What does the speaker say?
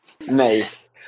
Nice